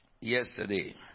yesterday